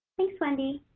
thanks, wendy.